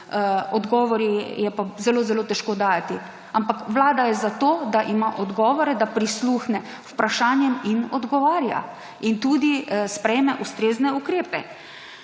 odgovore je pa zelo zelo težko dajati. Ampak vlada je za to, da ima odgovore, da prisluhne vprašanjem in odgovarja in tudi sprejme ustrezne ukrepe.